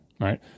right